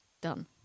Done